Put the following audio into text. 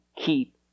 keep